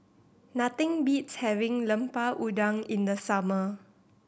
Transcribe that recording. nothing beats having Lemper Udang in the summer